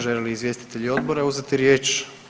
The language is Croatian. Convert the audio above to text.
Žele li izvjestitelji odbora uzeti riječ?